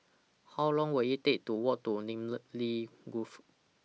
How Long Will IT Take to Walk to Namly Grove